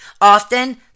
Often